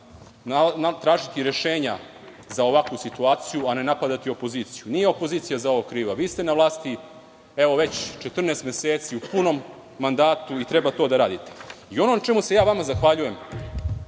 tražiti rešenja za ovakvu situaciju, a ne napadati opoziciju. Nije opozicija za ovo kriva. Vi ste na vlasti evo već 14 meseci u punom mandatu i treba to da radite. Ono na čemu vam se zahvaljujem